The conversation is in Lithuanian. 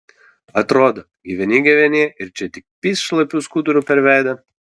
atrodo gyveni gyveni ir čia tik pyst šlapiu skuduru per veidą